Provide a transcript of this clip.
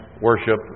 worship